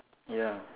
ya